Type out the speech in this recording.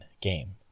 game